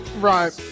Right